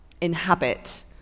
inhabit